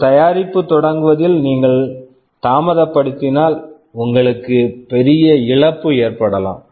ஒரு தயாரிப்பு தொடங்குவதில் நீங்கள் தாமதப்படுத்தினால் உங்களுக்கு பெரிய இழப்பு ஏற்படலாம்